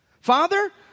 Father